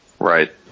Right